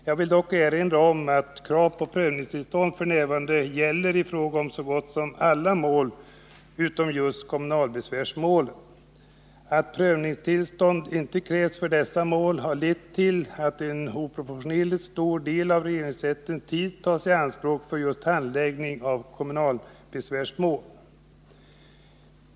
Jag vill dock erinra om att krav på prövningstillstånd f. n. gäller i fråga om så gott som alla mål utom just kommunalbesvärsmålen. Att prövningstillstånd inte krävs för dessa mål har lett till att en oproportionerligt stor del av regeringsrättens tid tas i anspråk för handläggning av kommunalbesvärsmålen.